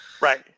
Right